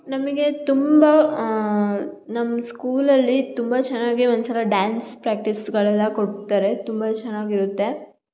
ನಮಗೆ ತುಂಬ ನಮ್ಮ ಸ್ಕೂಲಲ್ಲಿ ತುಂಬ ಚೆನ್ನಾಗಿ ಒಂದು ಸಲ ಡ್ಯಾನ್ಸ್ ಪ್ರಾಕ್ಟೀಸ್ಗಳೆಲ್ಲ ಕೊಡ್ತಾರೆ ತುಂಬ ಚೆನ್ನಾಗಿರುತ್ತೆ